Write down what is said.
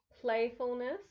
Playfulness